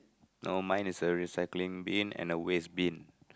no mine is a recycling bin and a waste bin